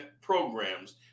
programs